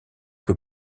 que